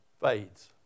fades